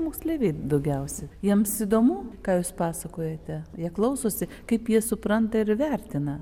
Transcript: tikriausia moksleiviai daugiausia jiems įdomu ką jūs pasakojate jie klausosi kaip jie supranta ir vertina